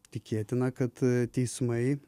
tikėtina kad teismai